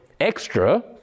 extra